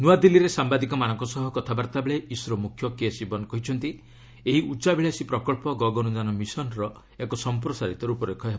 ନୂଆଦିଲ୍ଲୀରେ ସାମ୍ଭାଦିକମାନଙ୍କ ସହ କଥାବାର୍ତ୍ତା ବେଳେ ଇସ୍ରୋ ମୁଖ୍ୟ କେ ଶିବନ କହିଛନ୍ତି ଏହି ଉଚ୍ଚାଭିଳାଶୀ ପ୍ରକଳ୍ପ ଗଗନଜାନ ମିଶନ୍ର ଏକ ସଂପ୍ରସାରିତ ରୂପରେଖ ହେବ